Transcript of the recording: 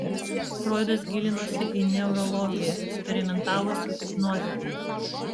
froidas gilinosi į neurologiją eksperimentavo su hipnoze